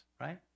Right